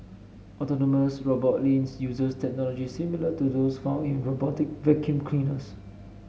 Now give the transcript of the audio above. autonomous robot Lynx uses technology similar to those found in robotic vacuum cleaners